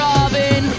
Robin